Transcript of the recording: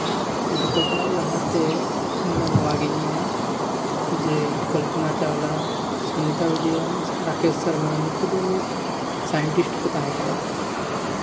ᱡᱚᱛᱚ ᱠᱷᱚᱱᱟᱜ ᱞᱟᱦᱟᱛᱮ ᱤᱧᱫᱚ ᱱᱚᱣᱟᱜᱤᱧ ᱢᱮᱱᱟ ᱡᱮ ᱠᱚᱞᱯᱚᱱᱟ ᱪᱟᱣᱞᱟ ᱥᱩᱱᱤᱛᱟ ᱩᱭᱞᱤᱭᱟᱢ ᱨᱟᱠᱮᱹᱥ ᱥᱚᱨᱢᱟ ᱱᱩᱠᱩ ᱫᱚ ᱢᱤᱫ ᱥᱟᱭᱮᱱᱴᱤᱥᱴ ᱠᱚ ᱛᱟᱦᱮᱸ ᱠᱟᱱᱟ